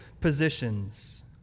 positions